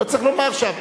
לא צריך לומר עכשיו.